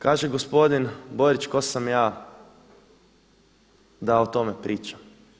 Kaže gospodin Borić tko sam ja da o tome pričam.